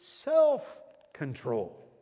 self-control